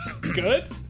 Good